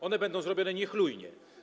One będą zrobione niechlujnie.